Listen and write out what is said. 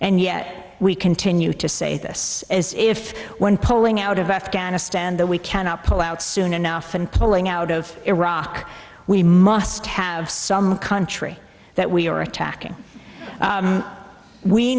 and yet we continue to say this as if when pulling out of afghanistan that we cannot pull out soon enough and pulling out of iraq we must have some country that we are attacking